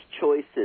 choices